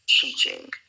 teaching